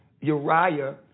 Uriah